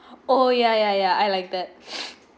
oh yeah yeah yeah I like that